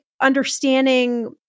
understanding